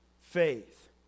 faith